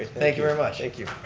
thank you very much thank you.